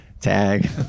Tag